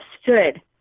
stood